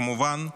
כמובן,